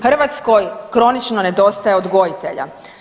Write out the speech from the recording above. Hrvatskoj kronično nedostaje odgojitelja.